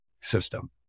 system